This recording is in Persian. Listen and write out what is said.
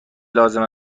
لازم